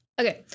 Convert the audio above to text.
Okay